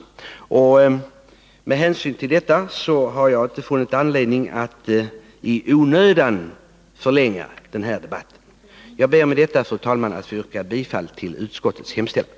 Med hänsyn till detta har jag inte funnit anledning att i onödan förlänga debatten. Jag ber, fru talman, att få yrka bifall till utskottets hemställan.